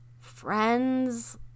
friend's